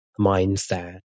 mindset